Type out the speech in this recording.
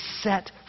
set